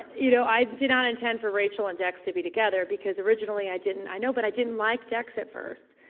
you know, i did not intend for rachel and dex to be together because originally i didn't, i know, but i didn't like dex at first.